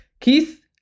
Keith